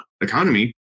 economy